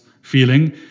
feeling